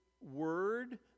word